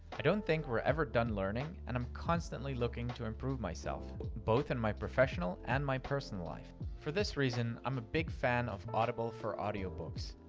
i don't think we're ever done learning, and i'm constantly looking to improve myself, both in my professional and my personal life. for this reason, i'm a big fan of audible for audiobooks.